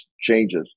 changes